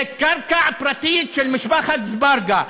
זה קרקע פרטית של משפחת אזברגה.